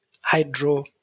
hydro